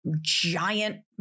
giant